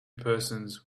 persons